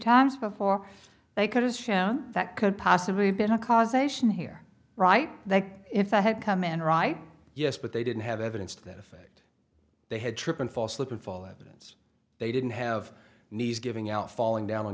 times before they could have shown that could possibly have been a causation here right there if i had come in right yes but they didn't have evidence to that effect they had trip and fall slip and fall evidence they didn't have knees giving out falling down on